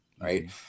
right